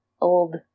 old